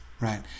right